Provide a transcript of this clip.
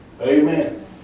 Amen